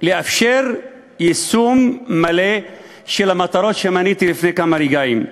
לאפשר יישום מלא של המטרות שמניתי לפני כמה רגעים.